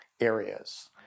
areas